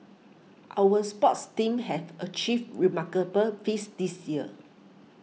our sports teams have achieved remarkable feats this year